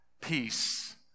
peace